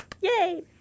Yay